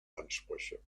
ansprüche